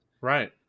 Right